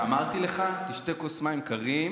אז בוא נרגיע, ותשתה כוס מים קרים,